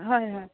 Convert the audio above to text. হয় হয়